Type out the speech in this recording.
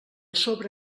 sobre